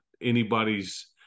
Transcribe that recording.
anybody's